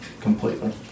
completely